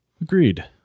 Agreed